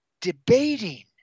debating